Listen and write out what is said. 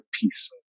peace